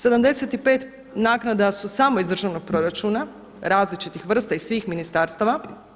75 naknada su samo iz državnog proračuna različitih vrsta iz svih ministarstava.